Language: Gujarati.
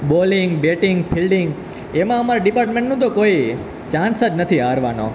બોલિંગ બેટિંગ ફિલ્ડિંગ એમાં અમારે ડિપાર્ટમેન્ટનું તો કોઈ ચાંસ જ નથી હારવાનો